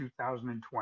2020